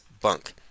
bunk